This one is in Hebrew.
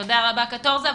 תודה רבה, קטורזה.